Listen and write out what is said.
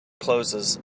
closes